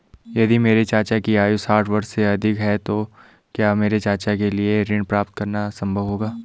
यदि मेरे चाचा की आयु साठ वर्ष से अधिक है तो क्या मेरे चाचा के लिए ऋण प्राप्त करना संभव होगा?